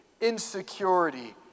insecurity